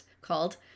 called